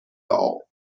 all